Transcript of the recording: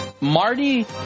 Marty